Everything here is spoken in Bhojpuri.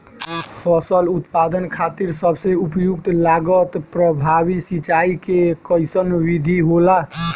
फसल उत्पादन खातिर सबसे उपयुक्त लागत प्रभावी सिंचाई के कइसन विधि होला?